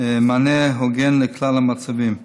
מענה הוגן לכלל המצבים.